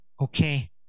okay